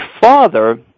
father